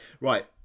right